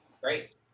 great